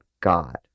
God